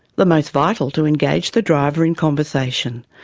the most vital to engage the driver in conversation,